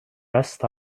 rest